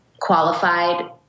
qualified